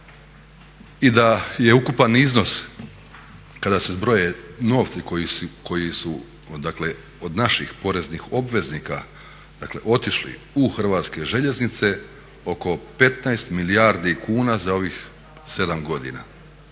i da je ukupan iznos kada se zbroje novci koji su, dakle od naših poreznih obveznika dakle otišli u Hrvatske željeznice oko 15 milijardi kuna za ovih 7 godina.